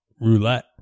roulette